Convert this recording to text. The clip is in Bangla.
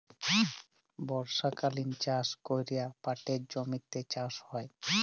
বর্ষকালীল চাষ ক্যরে পাটের জমিতে চাষ হ্যয়